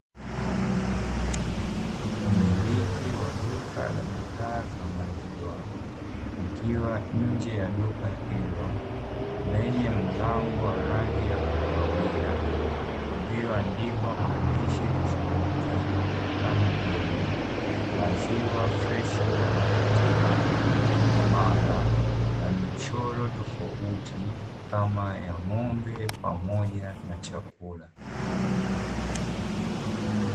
Mmiliki wa duka la bidhaa za maziwa, akiwa nje ya duka hilo lenye mlango wa rangi ya kahawia, uliyoandikwa maandishi tofauti kama vile "maziwa freshi yanapatikana mara" na michoro tofauti kama ya ng'ombe, pamoja na chakula.